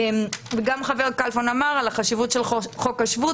וגם חבר הכנסת כלפון עמד על החשיבות של חוק השבות